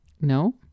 no